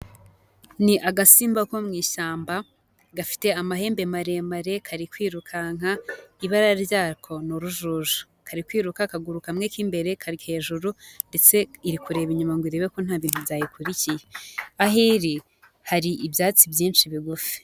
Ni agasimba ko mu ishyamba gafite amahembe maremare, kari kwirukanka ibara ryako ni urujuju. Kari kwiruka akaguru kamwe k'imbere kari hejuru ndetse iri kureba inyuma ngo irebe ko nta bintu byayikurikiye. Aho iri hari ibyatsi byinshi bigufi.